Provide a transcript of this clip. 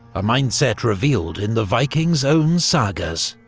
a mindset revealed in the vikings' own sagas.